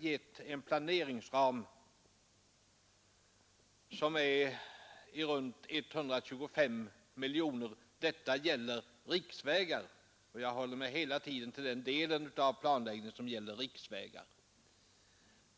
gett en planeringsram som i runt tal omfattar 125 miljoner. Detta gäller riksvägar — jag håller mig hela tiden till den del av planläggningen som gäller riksvägar.